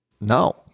No